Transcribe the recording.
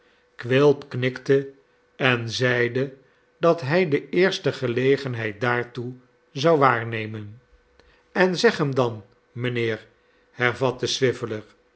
quilp knikte en zeide dat hij de eerste gelegenheid daartoe zou waarnemen en zeg hem dan mijnheer hervatte